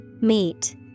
Meet